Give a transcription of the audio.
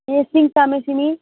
ए सिङ्तामे सिमी